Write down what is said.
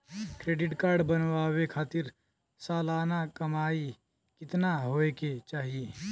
Credit card बनवावे खातिर सालाना कमाई कितना होए के चाही?